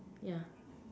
yeah